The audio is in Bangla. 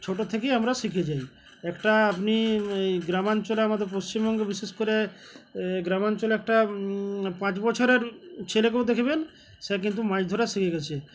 ছোটর থেকেই আমরা শিখে যাই একটা আপনি এই গ্রামাঞ্চলে আমাদের পশ্চিমবঙ্গে বিশেষ করে গ্রামাঞ্চলে একটা পাঁচ বছরের ছেলেকেও দেখবেন সে কিন্তু মাছ ধরা শিখে গিয়েছে